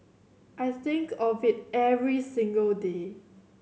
I think of it every single day